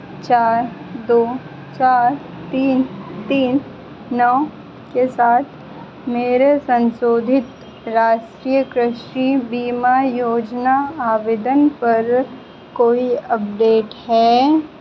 चार दो चार तीन तीन नौ के साथ मेरे संशोधित राष्ट्रीय कृषि बीमा योजना आवेदन पर कोई अपडेट है